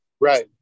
Right